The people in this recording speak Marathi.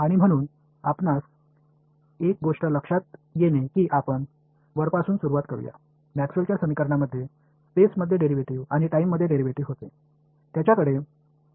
आणि म्हणून आपणास एक गोष्ट लक्षात येते की आपण वरपासून सुरवात करूया मॅक्सवेलच्या समीकरणामध्ये स्पेसमध्ये डेरिव्हेटिव्ह आणि टाइममध्ये डेरिव्हेटिव्ह होते